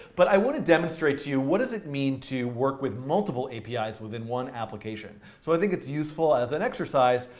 but i want to demonstrate to you what does it mean to work with multiple apis within one application. so i think it's useful, as an exercise,